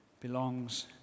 belongs